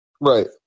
Right